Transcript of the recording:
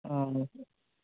ও